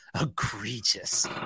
egregious